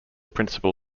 principal